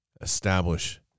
establish